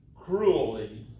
cruelly